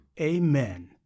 Amen